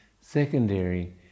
secondary